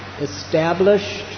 established